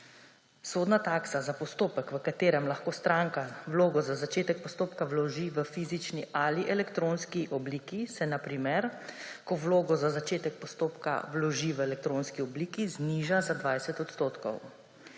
Sodna taksa za postopek, v katerem lahko stranka vlogo za začetek postopka vloži v fizični ali elektronski obliki, se na primer, ko vlogo za začetek postopka vloži v elektronski obliki, zniža za 20 odstotkov.